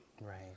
Right